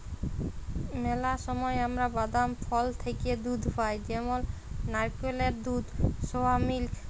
ম্যালা সময় আমরা বাদাম, ফল থ্যাইকে দুহুদ পাই যেমল লাইড়কেলের দুহুদ, সয়া মিল্ক